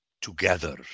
together